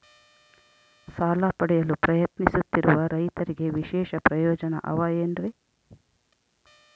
ಸಾಲ ಪಡೆಯಲು ಪ್ರಯತ್ನಿಸುತ್ತಿರುವ ರೈತರಿಗೆ ವಿಶೇಷ ಪ್ರಯೋಜನ ಅವ ಏನ್ರಿ?